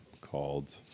called